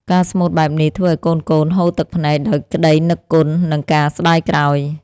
ការស្មូតបែបនេះ ធ្វើឱ្យកូនៗហូរទឹកភ្នែកដោយក្ដីនឹកគុណ និងការស្ដាយក្រោយ។